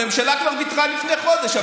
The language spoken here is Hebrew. הממשלה כבר ויתרה לפני חודש,